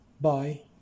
Bye